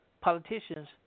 politicians